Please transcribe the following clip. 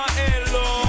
hello